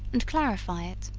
and clarify it